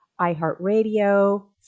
iHeartRadio